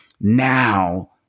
now